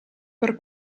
per